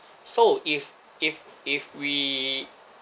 so if if if we